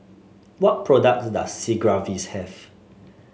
what products does Sigvaris have